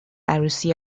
عروسی